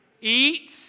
Eat